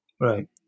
Right